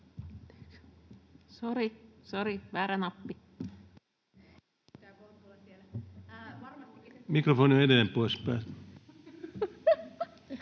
Mikrofoni on edelleen pois päältä.